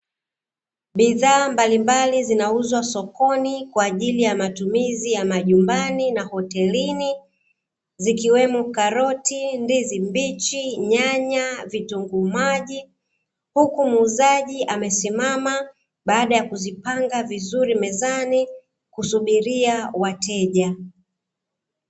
Bidhaa mbalimbali zinauzwa sokoni, kwajili ya matumizi ya majumbani na hotelini zikiwemo: karoti, ndizi mbichi, nyanya, vitunguu maji. Huku muuzaji amesimama, baada ya kuzipanga vizuri mezani, kusubiria wateja.